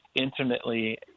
intimately